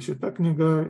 šita knyga